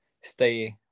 stay